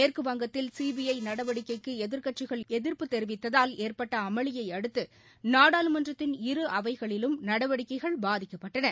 மேற்குவங்கத்தில் சிபிஐ நடவடிக்கைக்கு எதிர்க்கட்சிகள் எதிர்ப்பு தெரிவித்ததால் ஏற்பட்ட அமளியை அடுத்து நாடாளுமன்றத்தின் இரு அவைகளிலும் நடவடிக்கைகள் பாதிக்கப்பட்டன